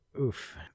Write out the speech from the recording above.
Oof